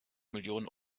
millionen